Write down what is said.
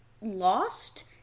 lost